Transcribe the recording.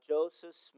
Joseph